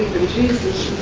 jesus,